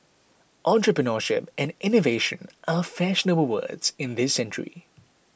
entrepreneurship and innovation are fashionable words in this century